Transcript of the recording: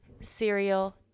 cereal